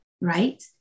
right